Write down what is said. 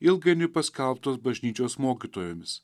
ilgainiui paskelbtos bažnyčios mokytojomis